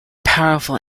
powerful